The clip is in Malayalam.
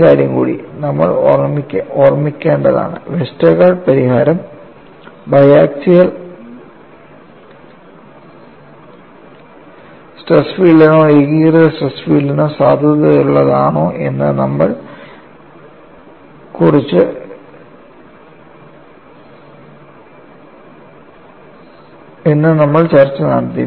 ഒരു കാര്യം കൂടി നമ്മൾ ഓർമ്മിക്കേണ്ടതാണ് വെസ്റ്റർഗാർഡ് പരിഹാരം ബയാക്സിയൽ സ്ട്രെസ് ഫീൽഡിനോ ഏകീകൃത സ്ട്രെസ് ഫീൽഡിനോ സാധുതയുള്ളതാണോ എന്ന് നമ്മൾ ചർച്ച നടത്തി